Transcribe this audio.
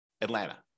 Atlanta